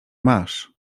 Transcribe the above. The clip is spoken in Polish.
masz